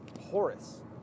Horace